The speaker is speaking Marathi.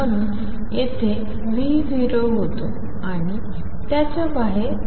म्हणून येथे V 0 होता आणि त्याच्या बाहेर ∞